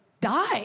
die